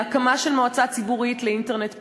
להקמה של מועצה ציבורית לאינטרנט פתוח,